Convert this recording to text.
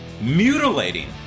mutilating